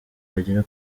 bagera